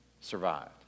survived